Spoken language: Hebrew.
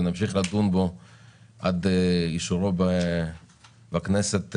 ונמשיך לדון בו עד לאישורו בכנסת בנובמבר,